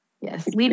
Yes